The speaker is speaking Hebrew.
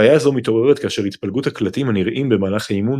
בעיה זו מתעוררת כאשר התפלגות הקלטים הנראים במהלך האימון